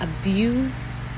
abuse